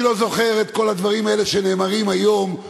אני לא זוכר את כל הדברים האלה שנאמרים היום.